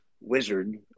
wizard